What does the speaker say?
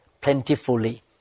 plentifully